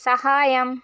സഹായം